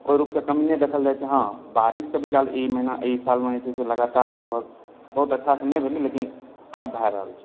ओहि रुपसँ कमी नहि देखल जाइ छै हँ बारिश कभी काल अहि महीनामे जे छै से लगातार लगभग बहुत अच्छासँ नहि भेलै लेकिन आब भए रहल छै